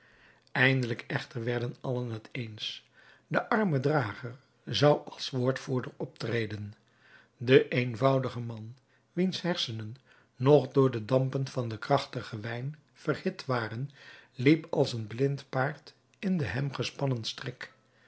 eindelijk echter werden allen het eens de arme drager zou als woordvoerder optreden de eenvoudige man wiens hersenen nog door de dampen van den krachtigen wijn verhit waren liep als een blind paard in den hem gespannen strik